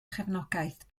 chefnogaeth